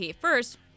First